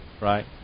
Right